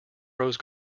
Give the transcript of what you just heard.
rose